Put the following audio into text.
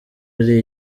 ari